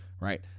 right